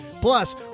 Plus